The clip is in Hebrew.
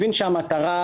היושב-ראש,